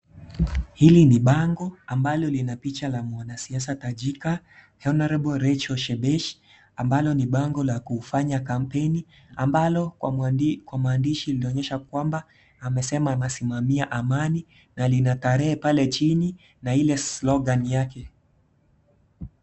Hili ni bango ambalo lina picha la mwanasiasa tajika Hon Rachel Shebesh ambalo ni bango la kufanya kampeni, ambalo kwa mandishi linaonyesha kwamba amesema anasimamia amani na lina tarehe pale chini na ile slogan yake.